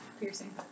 piercing